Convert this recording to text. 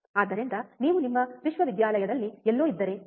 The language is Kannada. ಆದ್ದರಿಂದ ನೀವು ನಿಮ್ಮ ವಿಶ್ವವಿದ್ಯಾಲಯದಲ್ಲಿ ಎಲ್ಲೋ ಇದ್ದರೆ ಸರಿ